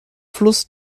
fluss